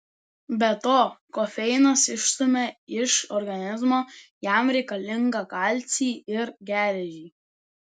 be to kofeinas išstumia iš organizmo jam reikalingą kalcį ir geležį